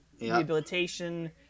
rehabilitation